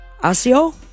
asio